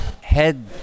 head